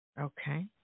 Okay